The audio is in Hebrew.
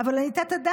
אבל אני תת-אדם,